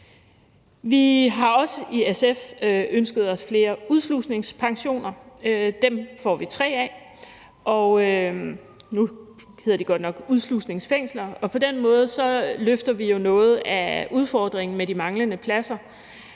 Vi har også i SF ønsket os flere udslusningspensioner, og dem får vi tre af. Nu hedder de godt nok udslusningsfængsler, og på den måde løfter vi jo noget af udfordringen med de manglende pladser.